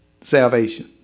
salvation